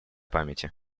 памяти